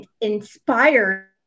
inspired